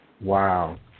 Wow